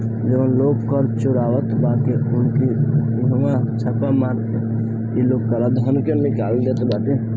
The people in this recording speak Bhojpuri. जवन लोग कर चोरावत बाने उनकी इहवा छापा मार के इ लोग काला धन के निकाल लेत बाटे